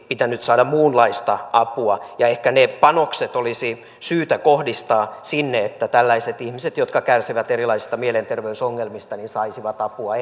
pitänyt saada muunlaista apua ehkä ne panokset olisi syytä kohdistaa sinne että tällaiset ihmiset jotka kärsivät erilaisista mielenterveysongelmista saisivat apua